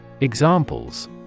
Examples